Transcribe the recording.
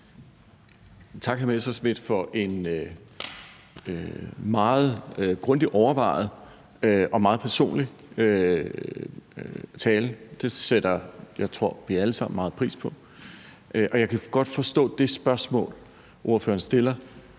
Tak, hr. Morten Messerschmidt, for en meget grundigt overvejet og meget personlig tale. Det tror jeg vi alle sammen sætter meget pris på, og jeg kan godt forstå det spørgsmål, ordføreren stiller,